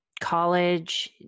college